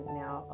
now